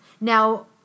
Now